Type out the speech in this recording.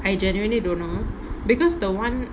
I generally don't know because the [one]